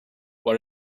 what